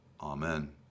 Amen